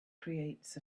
creates